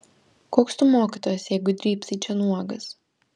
koks tu mokytojas jeigu drybsai čia nuogas